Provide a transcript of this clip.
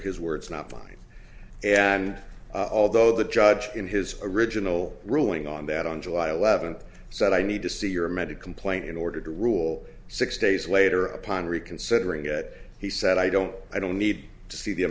are his words not mine and although the judge in his original ruling on that on july eleventh said i need to see your medical plain in order to rule six days later upon reconsidering that he said i don't i don't need to see the